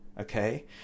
okay